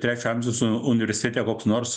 trečio amžiaus u universitete koks nors